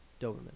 Doberman